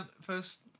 first